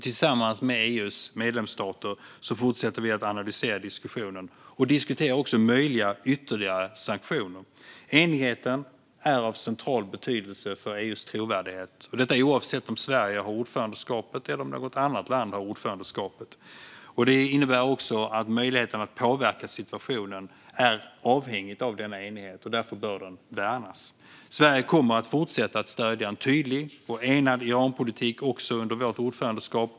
Tillsammans med EU:s medlemsstater fortsätter vi att analysera diskussionen och diskutera möjliga ytterligare sanktioner. Enigheten är av central betydelse för EU:s trovärdighet, oavsett om Sverige eller något annat land har ordförandeskapet. Det innebär också att möjligheten att påverka situationen är avhängig av denna enighet. Därför bör den värnas. Sverige kommer att fortsätta att stödja en tydlig och enad Iranpolitik också under vårt ordförandeskap.